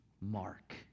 Mark